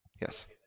Yes